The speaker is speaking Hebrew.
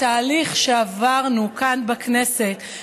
התהליך שעברנו כאן בכנסת,